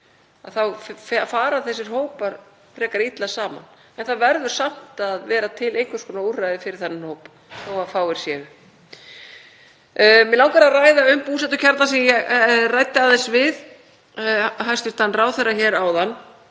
þá fara þessir hópar frekar illa saman. En það verður samt að vera til einhvers konar úrræði fyrir þennan hóp þótt fámennur sé. Mig langar að ræða um búsetukjarna sem ég ræddi aðeins við hæstv. ráðherra áðan.